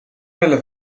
willen